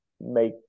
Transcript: make